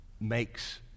makes